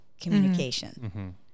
communication